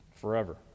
forever